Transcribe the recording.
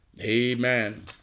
Amen